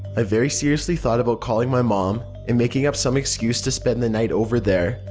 i very seriously thought about calling my mom and making up some excuse to spend the night over there,